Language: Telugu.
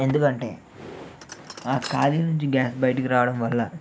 ఎందుకంటే ఆ ఖాళీ నుండి గ్యాస్ బయటకి రావడం వల్ల